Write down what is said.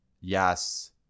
Yes